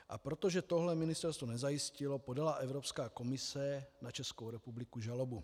A protože tohle ministerstvo nezajistilo, podala Evropská komise na Českou republiku žalobu.